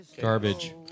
garbage